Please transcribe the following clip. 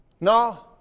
No